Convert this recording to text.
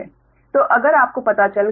तो अगर आपको पता चल गया